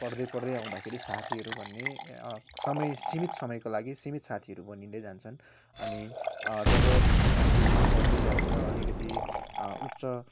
पढ्दै पढ्दै आउँदाखेरि साथीहरू भन्ने समय सीमित समयको लागि सीमित साथीहरू बनिँदै जान्छन् अनि अब जब अध्ययन बढ्दै जान्छ अलिकति उच्च